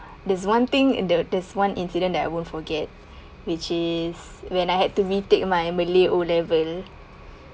there's one thing and there there's one incident that I won't forget which is when I had to retake my malay O level